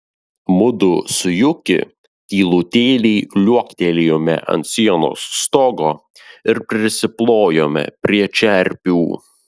mudu su juki tylutėliai liuoktelėjome ant sienos stogo ir prisiplojome prie čerpių